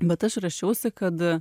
bet aš rašiausi kad